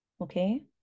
okay